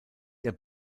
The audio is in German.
der